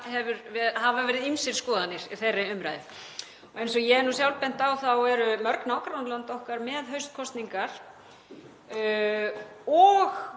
hafi verið ýmsar skoðanir í þeirri umræðu. Eins og ég hef sjálf bent á þá eru mörg nágrannalönd okkar með haustkosningar og